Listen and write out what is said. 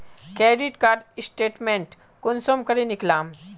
Credit card statement कुंसम करे निकलाम?